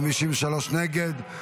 53 נגד,